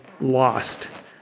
lost